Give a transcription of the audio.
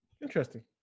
interesting